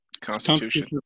Constitution